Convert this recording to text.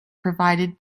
provided